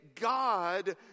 God